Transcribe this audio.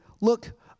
look